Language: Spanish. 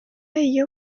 ello